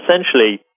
Essentially